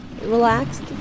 relaxed